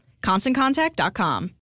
ConstantContact.com